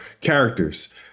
characters